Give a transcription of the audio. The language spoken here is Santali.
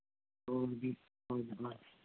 ᱢᱚᱡᱽ ᱜᱤ ᱦᱳᱭ ᱡᱚᱦᱟᱨ